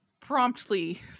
promptly